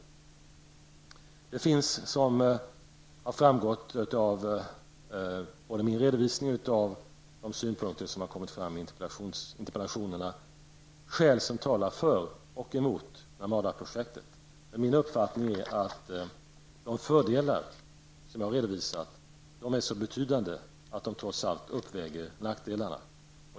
Det finns, som har framgått både av min redovisning och av de synpunkter som kommit fram i interpellationerna, skäl som talar för och emot Narmada-projektet. Min uppfattning är att de fördelar som jag har redovisat är så betydande att de trots allt uppväger nackdelarna.